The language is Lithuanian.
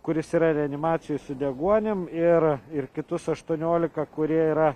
kuris yra reanimacijoj su deguonim ir ir kitus aštuoniolika kurie yra